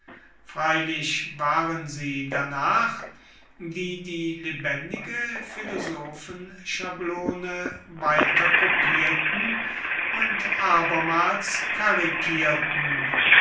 freilich waren sie danach die die lebendige philosophenschablone weiter kopierten und abermals karikierten